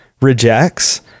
rejects